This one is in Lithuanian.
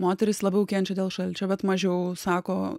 moterys labiau kenčia dėl šalčio bet mažiau sako